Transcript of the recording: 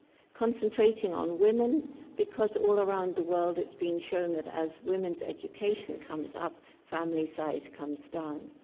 concentrating on women because all around the world it's been shown that as women's education comes up, family size comes down.